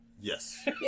Yes